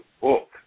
book